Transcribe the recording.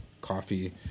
coffee